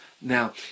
now